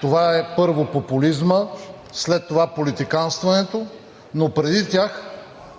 Това е, първо, популизмът, след това политиканстването, но преди тях